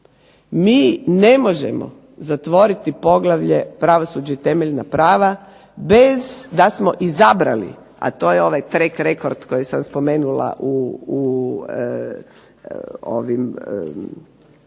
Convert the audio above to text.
Mi ne možemo zatvoriti poglavlje Pravosuđe i temeljna prava bez da smo izabrali, a to je ovaj track record koji sam spomenula u